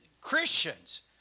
Christians